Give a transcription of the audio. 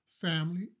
family